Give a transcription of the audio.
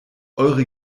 eure